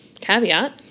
caveat